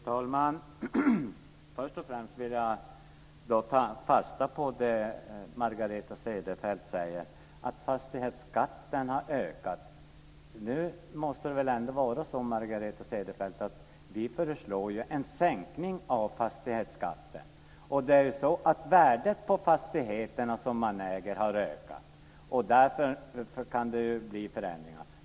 Fru talman! Först och främst vill jag ta fasta på det som Margareta Cederfelt säger om att fastighetsskatten har ökat. Nu måste det väl ändå vara så, Margareta Cederfelt, att vi föreslår sänkning av fastighetsskatten. Det är i så fall värdet på fastigheterna som man äger som har ökat. Därför kan det bli förändringar.